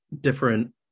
different